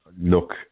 Look